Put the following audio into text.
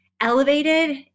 elevated